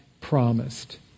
promised